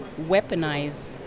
weaponize